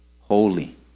holy